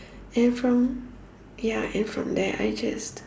and from ya and from there I just